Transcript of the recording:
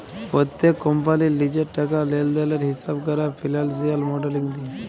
প্যত্তেক কম্পালির লিজের টাকা লেলদেলের হিঁসাব ক্যরা ফিল্যালসিয়াল মডেলিং দিয়ে